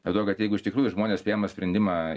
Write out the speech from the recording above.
dėl to kad jeigu iš tikrųjų žmonės priema sprendimą